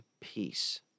peace